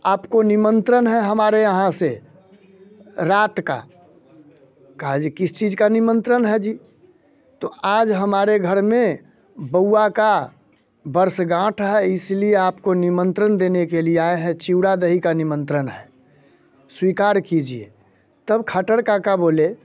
आपको निमंत्रण है हमारे यहाँ से रात का कहा जी किसी चीज का निमंत्रण है जी तो आज हमारे घर में बउआ का वर्षगाँठ है इसलिए आपको निमंत्रण देने के लिए आए हैं चूड़ा दही का निमंत्रण है स्वीकार कीजिए तब खटर काका बोले